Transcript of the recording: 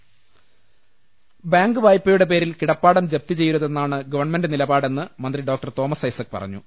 രുട്ട്ട്ട്ട്ട്ട്ട്ട്ട ബാങ്ക് വായ്പയുടെ പേരിൽ കിടപ്പാടം ജപ്തി ചെയ്യരുതെന്നാണ് ഗവൺമെന്റ് നിലപാടെന്ന് മന്ത്രി ഡോക്ടർ തോമസ് ഐസക് പറഞ്ഞു